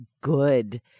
good